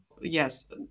Yes